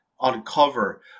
uncover